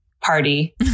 party